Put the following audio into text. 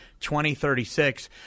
2036